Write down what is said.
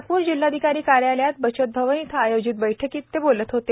नागपूर जिल्हाधिकारी कार्यालयातील बचतभवन येथे आयोजित बैठकीत ते बोलत होते